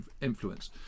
influence